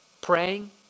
praying